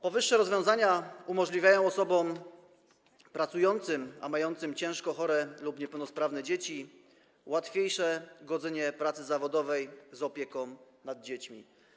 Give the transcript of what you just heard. Powyższe rozwiązania umożliwiają osobom pracującym, mającym ciężko chore lub niepełnosprawne dzieci łatwiejsze godzenie pracy zawodowej z opieką nad dziećmi.